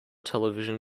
television